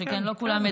כן,